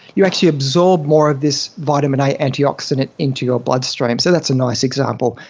you actually absorb more of this vitamin a antioxidant into your bloodstream, so that's a nice example.